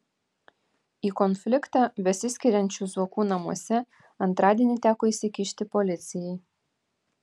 į konfliktą besiskiriančių zuokų namuose antradienį teko įsikišti policijai